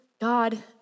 God